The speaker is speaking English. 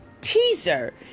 teaser